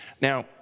Now